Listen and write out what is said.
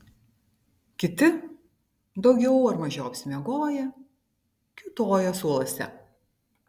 kiti daugiau ar mažiau apsimiegoję kiūtojo suoluose